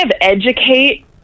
educate